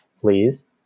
Please